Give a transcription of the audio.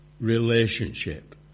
relationship